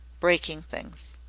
breaking things.